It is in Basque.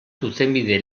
zuzenbide